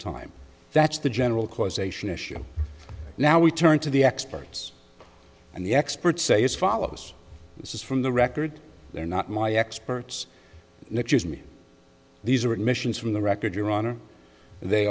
time that's the general causation issue now we turn to the experts and the experts say as follows this is from the record they're not my experts next year's me these are admissions from the record your honor they